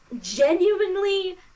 genuinely